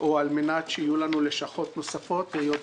או על מנת שיהיו לנו לשכות נוספות, היות,